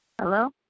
Hello